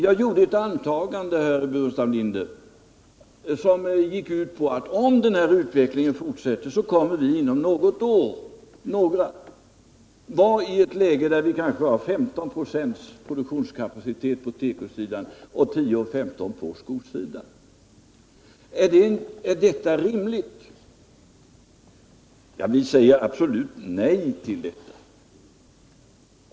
Jag gjorde ett antagande, herr Burenstam Linder, som gick ut på att om den här utvecklingen fortsätter, så kommer vi inom något eller några år att vara i ett läge där vi kanske har 15 96 produktionskapacitet på tekosidan och 10 96 på skosidan. Är detta rimligt? Vi säger absolut nej till detta.